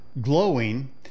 Glowing